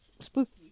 spooky